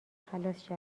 خلاص